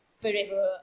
forever